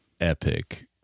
epic